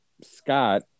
Scott